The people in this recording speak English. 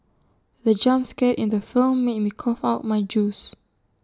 the jump scare in the film made me cough out my juice